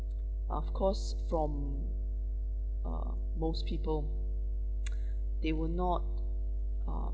of course from uh most people they will not uh